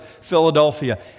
Philadelphia